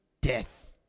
death